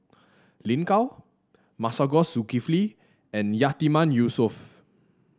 Lin Gao Masagos Zulkifli and Yatiman Yusof